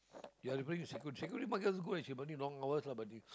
they are going secu~ security long hours lah but they